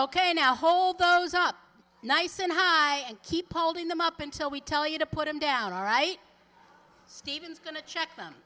ok now hold those up nice and high and keep holding them up until we tell you to put him down all right stephen's going to check them